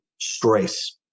stress